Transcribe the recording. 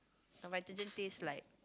no Vitagen taste like